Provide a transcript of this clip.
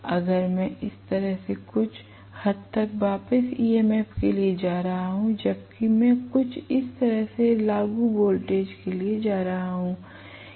अगर मैं इस तरह से कुछ हद तक वापस EMF के लिए जा रहा हूँ जबकि मैं कुछ इस तरह से लागू वोल्टेज के लिए जा रहा हूँ